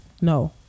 No